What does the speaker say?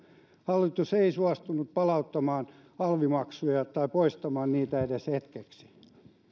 hallitus ei suostunut palauttamaan alvimaksuja tai poistamaan niitä edes hetkeksi emme